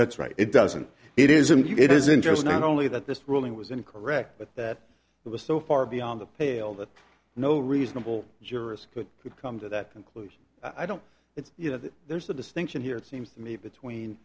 that's right it doesn't it isn't it isn't just not only that this ruling was incorrect but that it was so far beyond the pale that no reasonable jurors but it come to that conclusion i don't it's you know there's a distinction here seems to me between